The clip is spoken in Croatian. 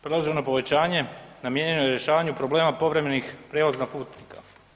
Predloženo povećanje namijenjeno je rješavanju problema povremenih prijevoza putnika.